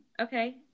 okay